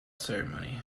ceremony